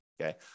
okay